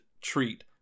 treat